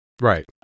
Right